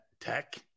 Tech